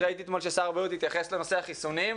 ראיתי אתמול ששר הבריאות התייחס לנושא החיסונים.